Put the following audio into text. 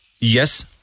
yes